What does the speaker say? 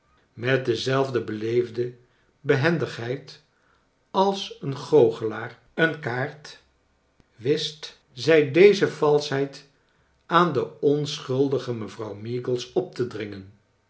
met dezelfde bcleefde behendigheid als een goocholaar een kaart wist zij deze valschheid aan de onschuldige mevrouw meagles op te dringen